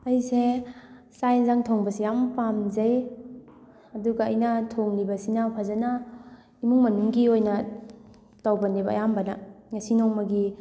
ꯑꯩꯁꯦ ꯆꯥꯛ ꯑꯦꯟꯖꯥꯡ ꯊꯣꯡꯕꯁꯦ ꯌꯥꯝꯅ ꯄꯥꯝꯖꯩ ꯑꯗꯨꯒ ꯑꯩꯅ ꯊꯣꯡꯂꯤꯕꯁꯤꯅ ꯐꯖꯅ ꯏꯃꯨꯡ ꯃꯅꯨꯡꯒꯤ ꯑꯣꯏꯅ ꯇꯧꯕꯅꯦꯕ ꯑꯌꯥꯝꯕꯅ ꯉꯁꯤ ꯅꯣꯡꯃꯒꯤ